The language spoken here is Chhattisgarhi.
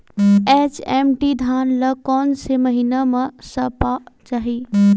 एच.एम.टी धान ल कोन से महिना म सप्ता चाही?